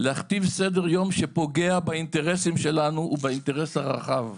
להכתיב סדר יום שפוגע באינטרסים שלנו ובאינטרס הרחב.